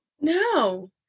No